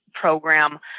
program